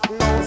no